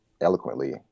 eloquently